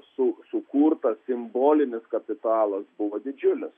su sukurtas simbolinis kapitalas buvo didžiulis